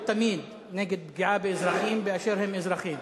תמיד נגד פגיעה באזרחים באשר הם אזרחים,